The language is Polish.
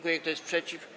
Kto jest przeciw?